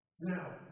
Now